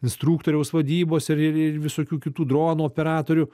instruktoriaus vadybos ir ir visokių kitų dronų operatorių